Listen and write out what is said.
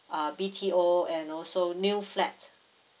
uh B_T_O and also new flat